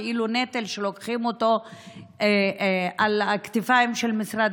כאילו נטל שלוקחים אותו על הכתפיים של משרד